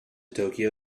tokyo